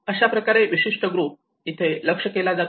अशा प्रकारे विशिष्ट ग्रुप इथे लक्ष केला जातो